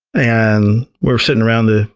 and we're sitting around the